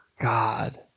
god